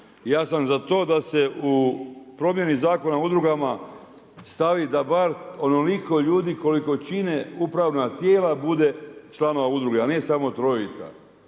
Ja sam za to da se u promjena u Zakonu u udrugama stavi da bar onoliko ljudi koliko čine upravna tijela bude članova udruge, a ne samo trojica.